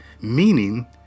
meaning